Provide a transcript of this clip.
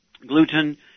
gluten